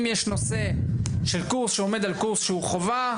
אם יש נושא של קורס שעומד על קורס שהוא חובה,